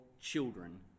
children